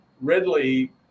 Ridley